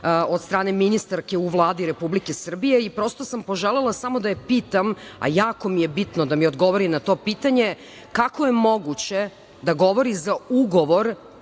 od strane ministarke u Vladi Republike Srbije i prosto sam poželela samo da je pitam, a jako mi je bitno da mi odgovori na to pitanje, kako je moguće da govori za ugovor